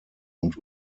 und